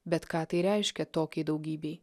bet ką tai reiškia tokiai daugybei